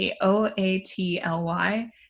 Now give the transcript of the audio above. O-A-T-L-Y